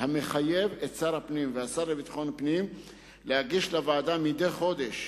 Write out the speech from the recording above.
המחייב את שר הפנים והשר לביטחון פנים להגיש לוועדה מדי חודש